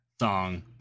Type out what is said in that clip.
song